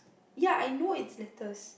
ya I know is lettuce